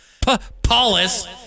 Paulus